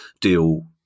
deal